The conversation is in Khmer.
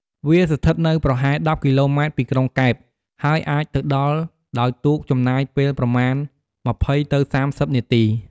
វាស្ថិតនៅប្រហែល ១០ គីឡូម៉ែត្រពីក្រុងកែប ហើយអាចទៅដល់ដោយទូកចំណាយពេលប្រមាណ ២០ ទៅ ៣០ នាទី។